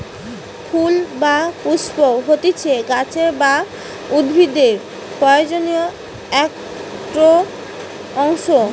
ফুল বা পুস্প হতিছে গাছের বা উদ্ভিদের প্রজনন একটো অংশ